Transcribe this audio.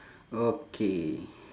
okay